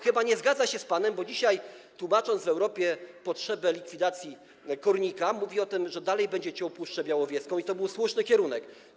Chyba nie zgadza się on z panem, bo dzisiaj, tłumacząc w Europie potrzebę likwidacji kornika, mówi o tym, że dalej będzie ciął Puszczę Białowieską i że to jest słuszny kierunek.